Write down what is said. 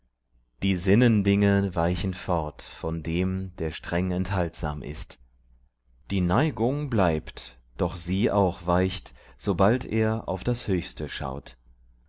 die sinnendinge weichen fort von dem der streng enthaltsam ist die neigung bleibt doch sie auch weicht sobald er auf das höchste schaut